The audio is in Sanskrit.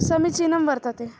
समीचीनं वर्तते